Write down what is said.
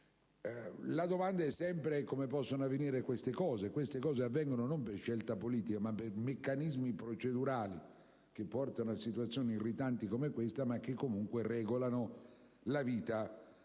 La domanda è sempre la stessa: come possono avvenire fatti del genere? Avvengono non per scelta politica, ma per meccanismi procedurali che portano a situazioni irritanti come questo, ma che comunque regolano la vita